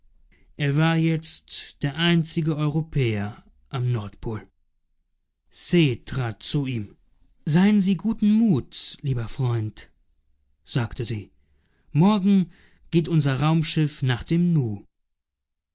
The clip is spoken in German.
er war jetzt der einzige europäer am nordpol se trat zu ihm seien sie guten muts lieber freund sagte sie morgen geht unser raumschiff nach dem nu